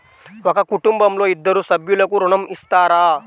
ఒక కుటుంబంలో ఇద్దరు సభ్యులకు ఋణం ఇస్తారా?